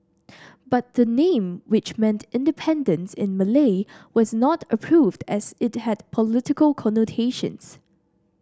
but the name which meant independence in Malay was not approved as it had political connotations